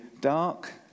dark